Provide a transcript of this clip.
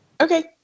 Okay